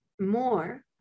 more